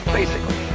basically,